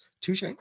Touche